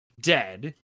dead